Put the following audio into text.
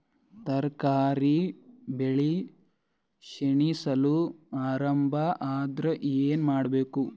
ತರಕಾರಿ ಬೆಳಿ ಕ್ಷೀಣಿಸಲು ಆರಂಭ ಆದ್ರ ಏನ ಮಾಡಬೇಕು?